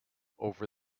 over